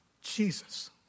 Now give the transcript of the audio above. Jesus